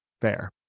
Fair